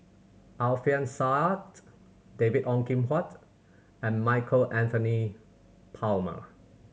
Alfian Sa'at David Ong Kim Huat and Michael Anthony Palmer